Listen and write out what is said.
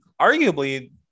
arguably